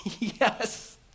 Yes